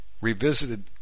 revisited